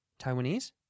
Taiwanese